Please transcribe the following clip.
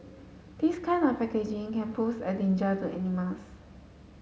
this kind of packaging can pose a danger to animals